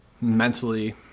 mentally